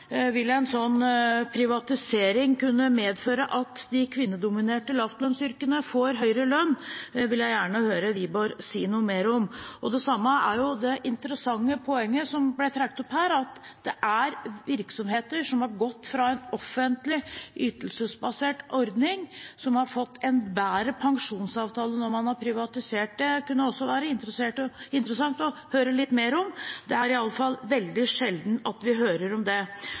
vil en sånn privatisering kunne medføre at en får høyere lønn i de kvinnedominerte lavtlønnsyrkene? Det vil jeg gjerne høre Wiborg si noe mer om. Det samme gjelder det interessante poenget som ble trukket opp her, om at det er virksomheter som har gått fra en offentlig ytelsesbasert ordning og fått en bedre pensjonsavtale når man har privatisert det. Det kunne det også være interessant å høre litt mer om. Det er iallfall veldig sjelden at vi hører om det.